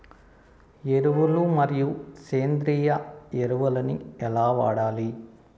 ఎరువులు మరియు సేంద్రియ ఎరువులని ఎలా వాడాలి?